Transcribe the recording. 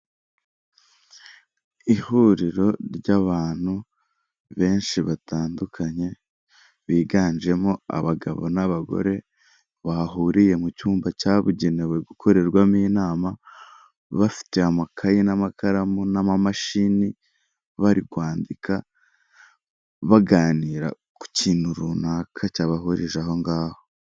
Umuhanda ni igikorwaremezo gifasha abantu bose mu buzima bwabo bwa buri munsi turavuga abamotari, imodoka ndetse n'abandi bantu bawukoresha mu buryo busanzwe burabafasha mu bikorwa byabo bya buri munsi.